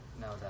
no